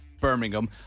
Birmingham